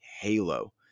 halo